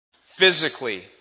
physically